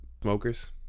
smokers